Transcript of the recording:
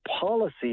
policy